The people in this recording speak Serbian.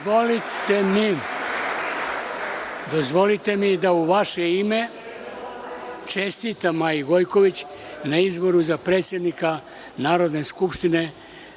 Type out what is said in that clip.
mi da u vaše ime čestitam Maji Gojković na izboru za predsednika Narodne skupštine